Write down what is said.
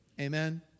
Amen